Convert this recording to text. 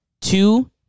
two